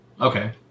okay